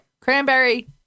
cranberry